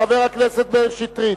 חבר הכנסת מאיר שטרית,